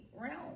realm